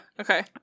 Okay